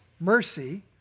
mercy